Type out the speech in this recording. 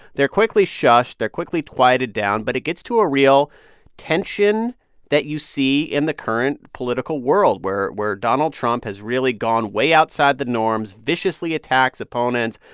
they're quickly shushed. they're quickly quieted down but it gets to a real tension that you see in the current political world where where donald trump has really gone way outside the norms, viciously attacks opponents,